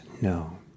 No